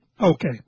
Okay